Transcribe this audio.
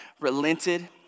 relented